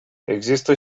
există